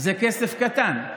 זה כסף קטן.